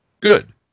good